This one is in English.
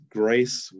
grace